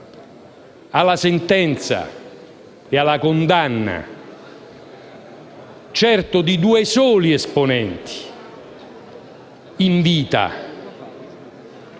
alla sentenza e alla condanna, certo di due soli colpevoli in vita.